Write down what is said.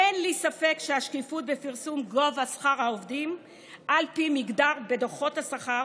אין לי ספק שהשקיפות בפרסום גובה שכר העובדים על פי מגדר בדוחות השכר